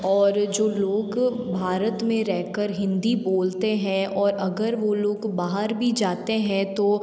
और जो लोग भारत में रहकर हिंदी बोलते हैं और अगर वे लोग बाहर भी जाते हैं तो